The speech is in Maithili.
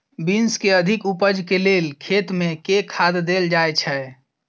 बीन्स केँ अधिक उपज केँ लेल खेत मे केँ खाद देल जाए छैय?